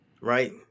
Right